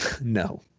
No